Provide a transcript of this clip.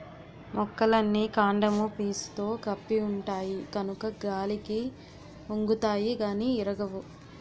మొక్కలన్నీ కాండము పీసుతో కప్పి ఉంటాయి కనుక గాలికి ఒంగుతాయి గానీ ఇరగవు